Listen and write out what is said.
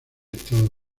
estados